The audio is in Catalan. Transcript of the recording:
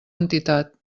entitat